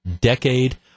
decade